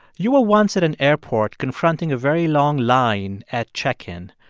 you were once at an airport confronting a very long line at check-in.